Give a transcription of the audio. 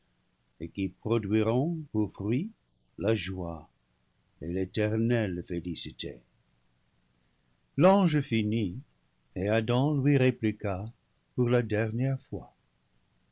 et qui produiront pour fruits la joie et l'éternelle félicité l'ange finit et adam lui répliqua pour la dernière fois